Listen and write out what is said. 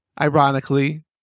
ironically